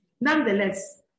Nonetheless